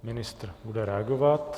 Pan ministr bude reagovat.